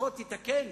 לפחות תתקן